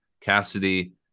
Cassidy